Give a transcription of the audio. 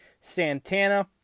Santana